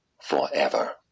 forever